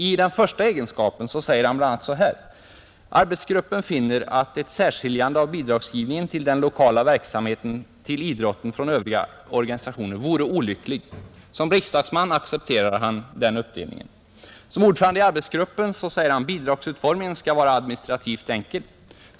I den första egenskapen säger han bl.a. så här: Arbetsgruppen finner att ett särskiljande av bidragsgivningen till den lokala verksamheten till idrotten från övriga organisationer vore olyckligt. Som riksdagsman accepterar han den uppdelningen. Som ordförande i arbetsgruppen säger han: Bidragsutformningen skall vara administrativt enkel.